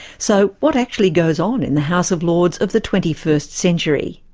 so what actually goes on in the house of lords of the twenty first century?